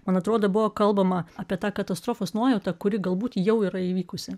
man atrodo buvo kalbama apie tą katastrofos nuojautą kuri galbūt jau yra įvykusi